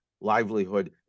livelihood